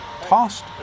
tossed